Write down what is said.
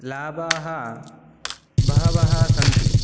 लाभाः बहवः सन्ति